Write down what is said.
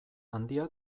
handia